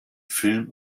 film